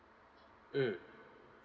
mm